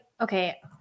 okay